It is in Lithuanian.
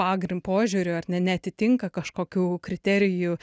pagrin požiūriu ar ne neatitinka kažkokių kriterijų